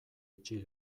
itxi